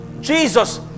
Jesus